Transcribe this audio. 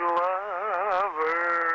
lover